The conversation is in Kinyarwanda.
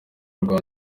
rwa